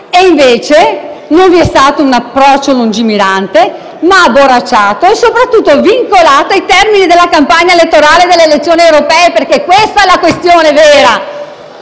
Invece non vi è stato un approccio lungimirante, ma abborracciato e, soprattutto, vincolato ai termini della campagna elettorale delle elezioni europee, perché questo è il tema vero.